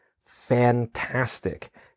fantastic